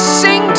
sing